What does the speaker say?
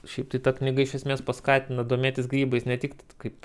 šiaip tai ta knyga iš esmės paskatina domėtis grybais ne tik kaip